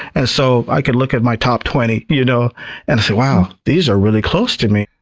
and so i could look at my top twenty you know and say, wow, these are really close to me.